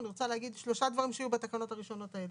שלושה דברים יהיו בתקנות הראשונות האלה: